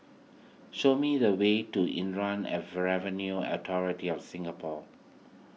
show me the way to Inland Revenue Authority of Singapore